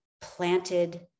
planted